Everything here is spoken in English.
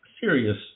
serious